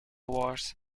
worse